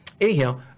anyhow